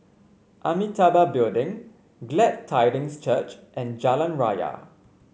Amitabha Building Glad Tidings Church and Jalan Raya